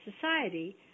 society